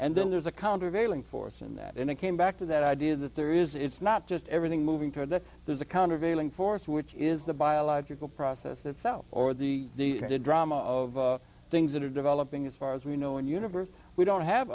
and then there's a countervailing force in that and it came back to that idea that there is it's not just everything moving toward that there's a countervailing force which is the biological process itself or the drama of things that are developing as far as we know in universe we don't have